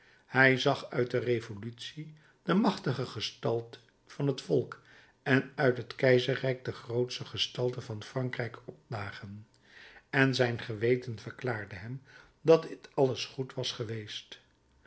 hij zag uit de revolutie de machtige gestalte van het volk en uit het keizerrijk de grootsche gestalte van frankrijk opdagen en zijn geweten verklaarde hem dat dit alles goed was geweest